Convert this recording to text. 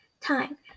Time